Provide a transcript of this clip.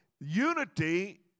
unity